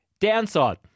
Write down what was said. Downside